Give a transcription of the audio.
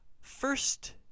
first